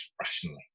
rationally